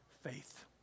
faith